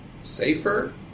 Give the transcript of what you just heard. safer